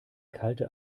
kalte